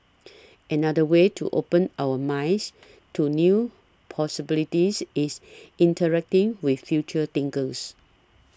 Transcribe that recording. another way to open our minds to new possibilities is interacting with future thinkers